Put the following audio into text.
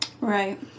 Right